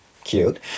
cute